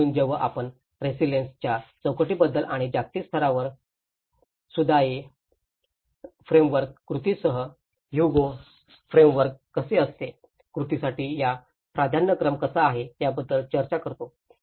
म्हणून जेव्हा आपण रेसिलेन्स च्या चौकटींबद्दल आणि जागतिक स्तरावर सुंदाए फ्रेमवर्क कृतीसाठी ह्युगो फ्रेमवर्क कसे असते कृतीसाठी या प्राधान्यक्रम काय आहेत याबद्दल चर्चा करतो